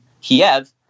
Kiev